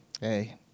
hey